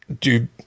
Dude